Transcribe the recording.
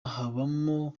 habamo